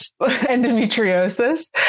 endometriosis